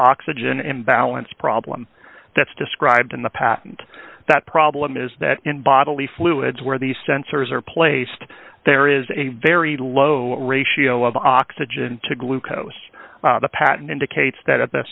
oxygen imbalance problem that's described in the patent that problem is that in bodily fluids where these sensors are placed there is a very low ratio of oxygen to glucose the pattern indicates that